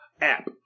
app